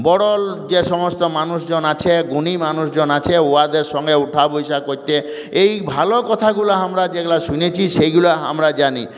বড় যে সমস্ত মানুষজন আছে গুণী মানুষজন আছে উহাদের সঙ্গে ওঠাবসা করতে এই ভালো কথাগুলো আমরা যেগুলো শুনেছি সেগুলো আমরা জানি